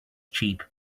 cheap